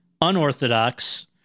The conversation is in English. unorthodox